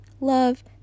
love